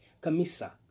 Camisa